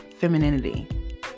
femininity